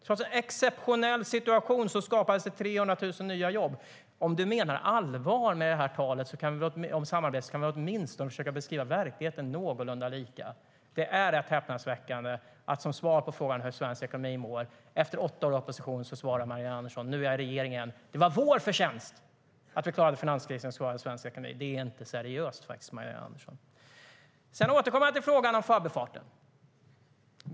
Trots en exceptionell situation skapades 300 000 nya jobb. STYLEREF Kantrubrik \* MERGEFORMAT Utgiftsramar och beräkning av stats-inkomsternaJag återkommer till frågan om Förbifarten.